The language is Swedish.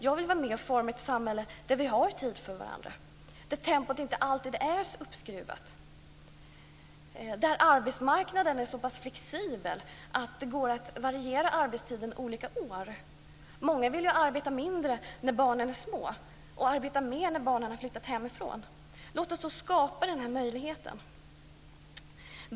Jag vill vara med och forma ett samhälle där vi har tid för varandra, där tempot inte alltid är så uppskruvat, där arbetsmarknaden är så pass flexibel att det går att variera arbetstiden olika år. Många vill arbeta mindre när barnen är små och arbeta mer när barnen har flyttat hemifrån. Låt oss då skapa den möjligheten.